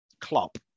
Klopp